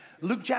Luke